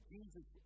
Jesus